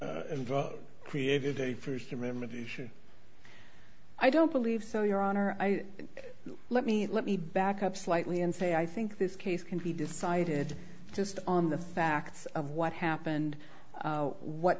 have created a first amendment issue i don't believe so your honor i let me let me back up slightly and say i think this case can be decided just on the facts of what happened what